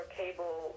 cable